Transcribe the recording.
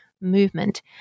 movement